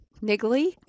Niggly